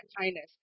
kindness